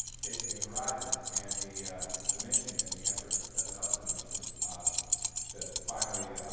chasing new horizon, and the the mission, and the effort that led up to the mission um that finally,